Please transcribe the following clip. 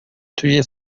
توی